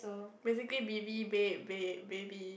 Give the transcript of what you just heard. basically bebe babe bae baby